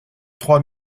trois